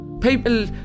People